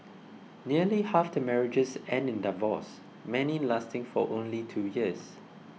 nearly half the marriages end in divorce many lasting for only two years